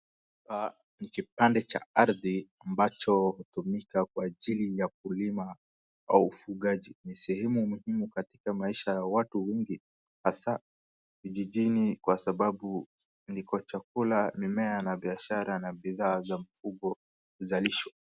Hapa ni kipande cha ardhi ambacho hutumika kwa ajili ya kulima au ufugaji. Ni sehemu muhimu katika maisha ya watu wengi hasa vijijini kwa sababu ndiko chakula, mimea na biashara na bidhaa za mfugo huzalishwa.